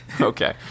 Okay